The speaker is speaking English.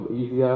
easy